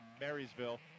Marysville